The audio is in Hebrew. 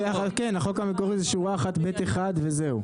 החוק המקורי זה שורה 1 ב' 1 וזהו.